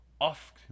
off